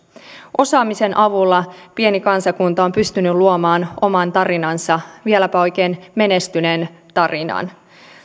osaamisen avulla pieni kansakunta on pystynyt luomaan oman tarinansa vieläpä oikein menestyneen tarinan